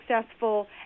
successful